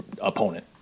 opponent